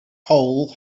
hole